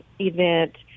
event